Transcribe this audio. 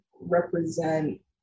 represent